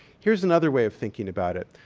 here's another way of thinking about it.